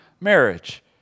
marriage